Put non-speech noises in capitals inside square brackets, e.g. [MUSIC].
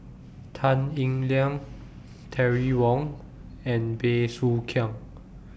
Tan Eng Liang [NOISE] Terry Wong and Bey Soo Khiang